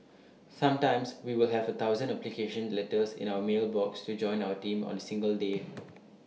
sometimes we will have A thousand application letters in our mail box to join our team on A single day